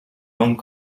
langues